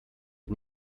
der